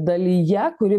dalyje kuri